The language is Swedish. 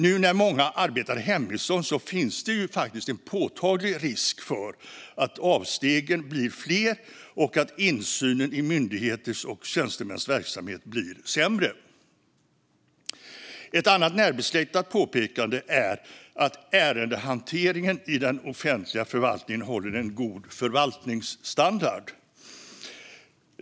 Nu när många arbetar hemifrån finns det faktiskt en påtaglig risk för att avstegen blir fler och att insynen i myndigheters och tjänstemäns verksamhet blir sämre. Ett annat närbesläktat påpekande är att ärendehanteringen i den offentliga förvaltningen håller en god förvaltningsstandard.